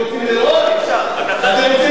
אתם רוצים לראות שאני מוציא אתכם?